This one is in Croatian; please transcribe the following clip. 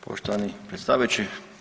Poštovani predsjedavajući.